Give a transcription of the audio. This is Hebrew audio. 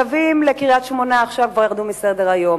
קווי הרכבת לקריית-שמונה עכשיו כבר ירדו מסדר-היום,